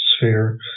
sphere